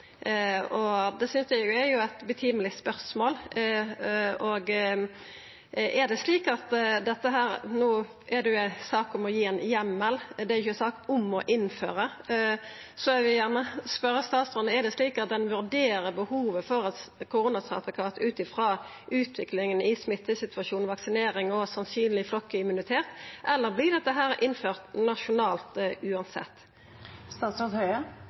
Det synest eg er eit høveleg spørsmål. No er dette ei sak om å gi ein heimel, det er ikkje ei sak om å innføra, så eg vil gjerne spørja statsråden: Er det slik at ein vurderer behovet for koronasertifikat ut frå utviklinga i smittesituasjonen, vaksineringa og sannsynleg flokkimmunitet, eller vert dette innført nasjonalt uansett?